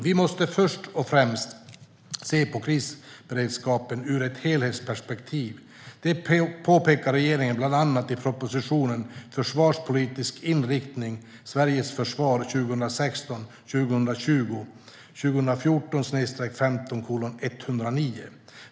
Vi måste först och främst se på krisberedskapen ur ett helhetsperspektiv. Det påpekar regeringen bland annat i propositionen Försvarspolitisk inr iktning - Sveriges försvar 2016 2020 .